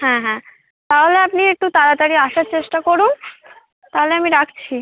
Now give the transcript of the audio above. হ্যাঁ হ্যাঁ তাহলে আপনি একটু তাড়াতাড়ি আসার চেষ্টা করুন তাহলে আমি রাখছি